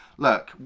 look